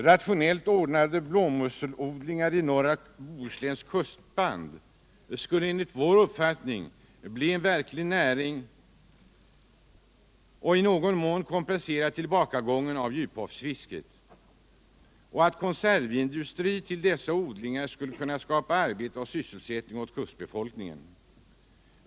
Rationellt ordnade blåmusselodlingar i norra Bohusläns kustband skulle enligt vår uppfattning kunna bli en verklig näring och i någon mån kompensera tillbakagången av djuphavsfisket. Konservindustri i anslutning till dessa odlingar skulle skapa arbete och sysselsättning åt kustbefolkningen.